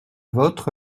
vôtre